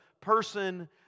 person